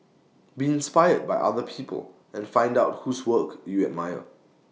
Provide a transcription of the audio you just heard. be inspired by other people and find out whose work you admire